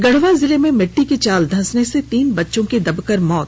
गढ़वा जिले में मिट्टी की चाल धंसने से तीन बच्चों की दबकर मौत